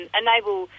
enable